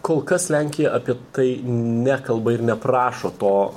kol kas lenkija apie tai nekalba ir neprašo to